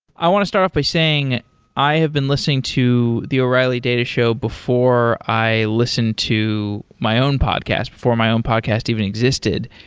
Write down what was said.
i want to start off by saying i have been listening to the o'reilly data show before i listened to my own podcast, before my own podcast even existed,